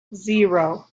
zero